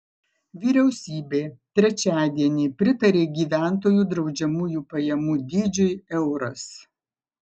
vyriausybė trečiadienį pritarė gyventojų draudžiamųjų pajamų dydžiui euras